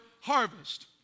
harvest